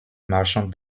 marchand